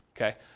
Okay